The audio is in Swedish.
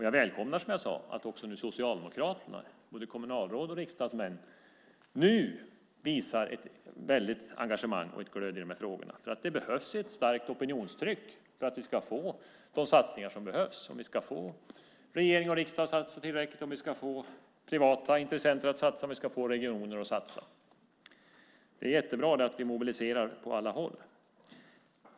Jag välkomnar att också nu Socialdemokraterna, både kommunalråd och riksdagsmän, visar ett engagemang och glöd i frågorna. Det behövs ett starkt opinionstryck för att vi ska få de satsningar som behövs, om vi ska få regering och riksdag att satsa tillräckligt, om vi ska få privata intressenter att satsa, om vi ska få regioner att satsa. Det är bra att vi mobiliserar på alla håll.